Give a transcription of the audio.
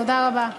תודה רבה.